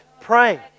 Pray